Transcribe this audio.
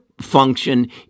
function